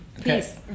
Peace